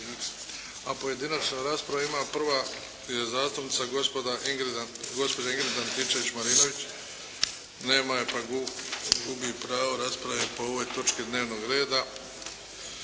A pojedinačnu raspravu ima, prva je zastupnica gospođa Ingrid Antičević-Marinović. Nema je, pa gubi pravo rasprave po ovoj točki dnevnog reda.